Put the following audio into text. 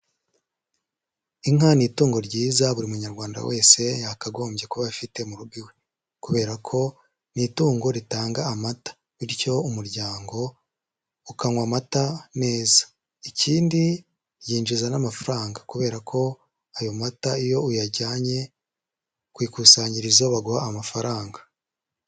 Inka ni itungo ryiza buri munyarwanda wese yakagombye kuba afite mu rugo iwe kubera ko ni itungo ritanga amata bityo umuryango ukanywa amata meza ikindi ryinjiza n'amafaranga kubera ko ayo mata iyo uyajyanye ku ikusanyirizo baguha amafaranga.